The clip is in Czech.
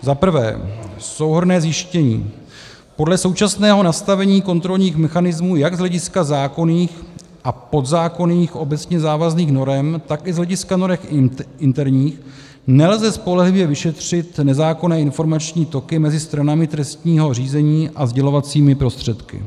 1) Souhrnné zjištění: podle současného nastavení kontrolních mechanismů jak z hlediska zákonných a podzákonných obecně závazných norem, tak i z hlediska norem interních nelze spolehlivě vyšetřit nezákonné informační toky mezi stranami trestního řízení a sdělovacími prostředky.